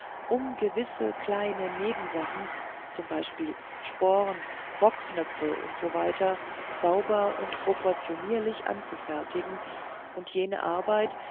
um gewisse kleine nebensachen z b sporn rockknöpfe u s w sauber und proportionierlich anzufertigen und jene arbeit